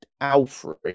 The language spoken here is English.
Alfred